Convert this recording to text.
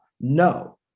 No